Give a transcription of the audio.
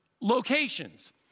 locations